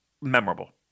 memorable